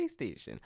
playstation